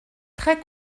très